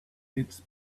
its